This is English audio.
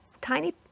tiny